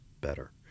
better